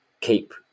keep